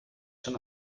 schon